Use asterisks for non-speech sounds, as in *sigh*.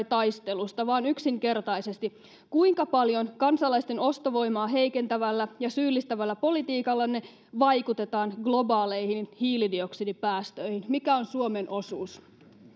*unintelligible* taistelusta vaan yksinkertaisesti kuinka paljon kansalaisten ostovoimaa heikentävällä ja syyllistävällä politiikallanne vaikutetaan globaaleihin hiilidioksidipäästöihin mikä on suomen osuus